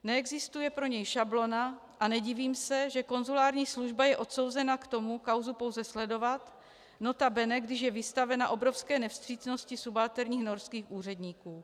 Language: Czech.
Neexistuje pro něj šablona a nedivím se, že konzulární služba je odsouzena k tomu, kauzu pouze sledovat, nota bene, když je vystavena obrovské nevstřícnosti subalterních norských úředníků.